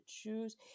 choose